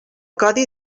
codi